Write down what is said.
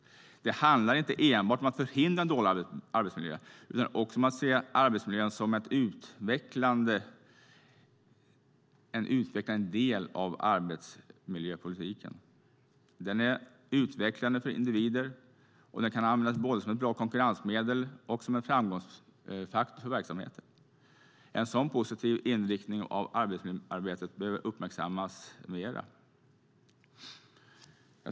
Det handlar inte enbart om att förhindra en dålig arbetsmiljö utan också om att se arbetsmiljön som en utvecklande del av arbetsmiljöpolitiken. Den är utvecklande för individer och kan användas både som ett bra konkurrensmedel och som en framgångsfaktor för verksamheter. En sådan positiv inriktning av arbetsmiljöarbetet behöver uppmärksammas mer.